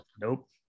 nope